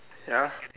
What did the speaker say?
ya